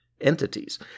entities